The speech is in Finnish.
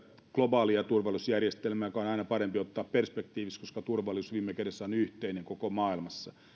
globaalia turvallisuusjärjestelmää joka on aina parempi ottaa perspektiiviksi koska turvallisuus viime kädessä on yhteinen koko maailmassa